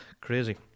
crazy